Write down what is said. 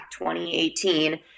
2018